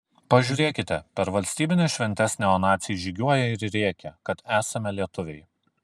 pažiūrėkite per valstybines šventes neonaciai žygiuoja ir rėkia kad esame lietuviai